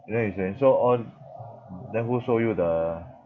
you don't have insurance so on then who sold you the